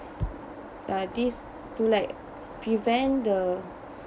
uh this like prevent the